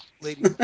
Lady